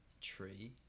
tree